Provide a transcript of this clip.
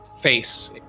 face